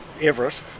Everett